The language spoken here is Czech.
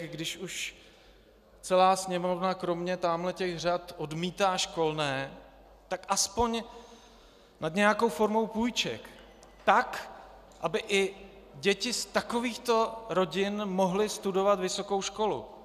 Když už celá Sněmovna, kromě tamhletěch řad , odmítá školné, tak aspoň nad nějakou formou půjček, tak aby i děti z takovýchto rodin mohly studovat vysokou školu.